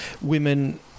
women